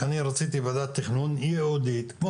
שאני רציתי ועדת תכנון ייעודית כמו